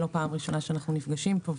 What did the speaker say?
זו לא הפעם הראשונה שאנחנו נפגשים פה,